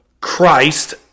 Christ